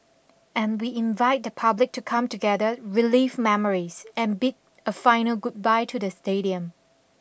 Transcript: and we invite the public to come together relive memories and bid a final goodbye to the stadium